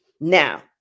Now